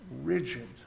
rigid